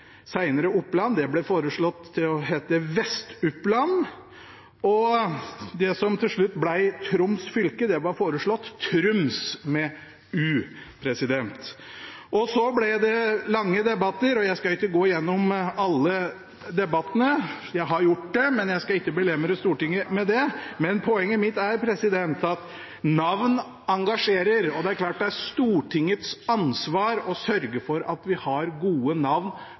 ble foreslått å hete «Vest-Upland», og det som til slutt ble Troms fylke, ble foreslått å hete «Trums». Det ble lange debatter, og jeg skal ikke gå igjennom alle debattene – jeg har gjort det, men jeg skal ikke belemre Stortinget med det. Poenget mitt er at navn engasjerer, og det er Stortingets ansvar å sørge for at vi har gode navn